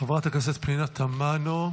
חברת הכנסת פנינה תמנו?